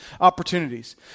opportunities